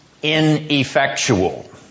Ineffectual